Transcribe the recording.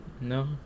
No